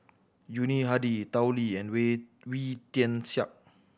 Yuni Hadi Tao Li and Wee Wee Tian Siak